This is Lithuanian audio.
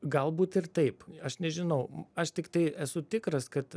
galbūt ir taip aš nežinau aš tiktai esu tikras kad